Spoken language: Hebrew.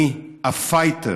אני ה'פייטר',